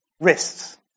wrists